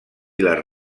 les